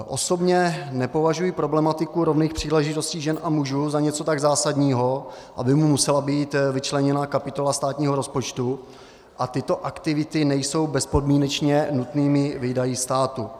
Osobně nepovažuji problematiku rovných příležitostí žen a mužů za něco tak zásadního, aby mu musela být vyčleněna kapitola státního rozpočtu, a tyto aktivity nejsou bezpodmínečně nutnými výdaji státu.